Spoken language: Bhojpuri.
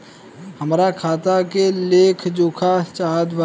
हमरा खाता के लेख जोखा चाहत बा?